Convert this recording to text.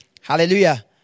Hallelujah